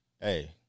Hey